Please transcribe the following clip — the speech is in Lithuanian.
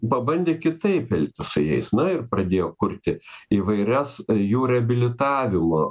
pabandė kitaip elgtis su jais na ir pradėjo kurti įvairias jų reabilitavimo